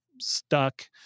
stuck